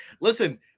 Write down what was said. listen